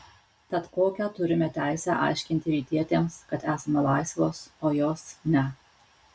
tad kokią turime teisę aiškinti rytietėms kad esame laisvos o jos ne